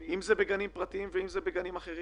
אם זה לגנים פרטיים, אם זה לגנים אחרים.